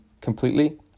completely